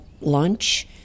lunch